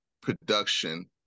production